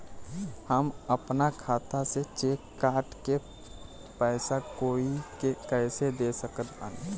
हम अपना खाता से चेक काट के पैसा कोई के कैसे दे सकत बानी?